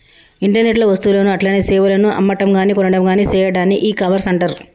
internet లో వస్తువులను అట్లనే సేవలను అమ్మటంగాని కొనటంగాని సెయ్యాడాన్ని ఇకామర్స్ అంటర్